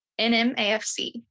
NMAFC